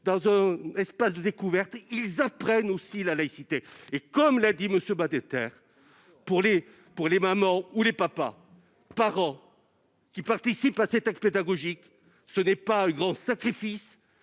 dans un espace de découverte, ils apprennent aussi la laïcité. Comme l'a dit M. Badinter, pour les mamans ou les papas qui participent à cet acte pédagogique, ce n'est pas un grand sacrifice